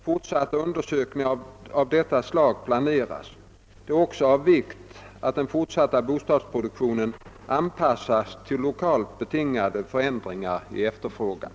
Fortsatta undersökningar av detta slag planeras. Det är också av vikt att den fortsatta bostadsproduktionen anpassas till lokalt betingade förändringar i efterfrågan.